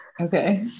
okay